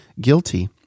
guilty